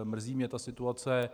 Mrzí mě ta situace.